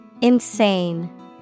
Insane